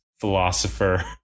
philosopher